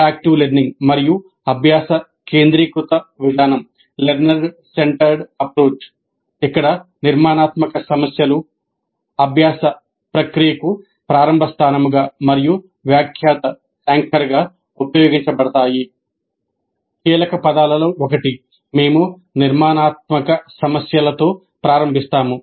" కీలకపదాలలో ఒకటి మేము నిర్మాణాత్మక సమస్యలతో ప్రారంభిస్తాము